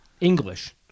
English